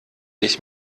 ich